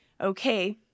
okay